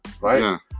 right